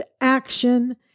action